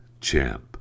champ